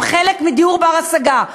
הם חלק מדיור בר-השגה.